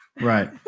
right